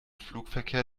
flugverkehr